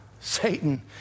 Satan